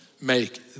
make